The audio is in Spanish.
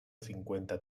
cincuenta